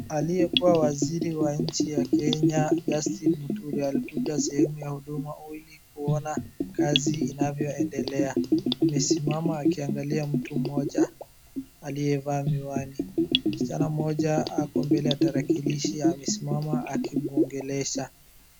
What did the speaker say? aliye kuwa waziri wa nchi ya kenya Justin Muturi alikuja sehemu ya oili kuona kazi inavyoendelea ,amesimama akiangalia mtu mmoja aliye vaa miwani ,msichana mmoja ako mbele ya tarakilishi amesimama akimuongelesha